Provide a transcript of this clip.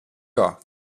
vga